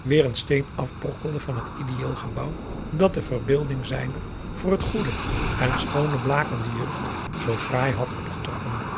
weer een steen afbrokkelde van het ideëel gebouw dat de verbeelding zijner voor het goede en schoone blakende jeugd zoo fraai had opgetrokken